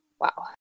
wow